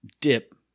dip